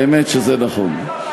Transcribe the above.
האמת שזה נכון.